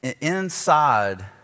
Inside